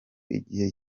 igihe